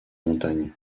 montagnes